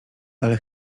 ale